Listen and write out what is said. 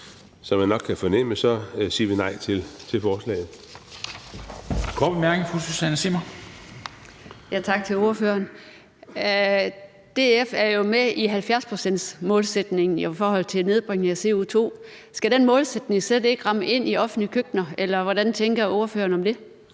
bemærkning fra fru Susanne Zimmer. Kl. 16:34 Susanne Zimmer (FG): Tak til ordføreren. DF er jo med i 70-procentsmålsætningen i forhold til en nedbringning af CO2. Skal den målsætning slet ikke ramme ind i offentlige køkkener? Eller hvad tænker ordføreren om det?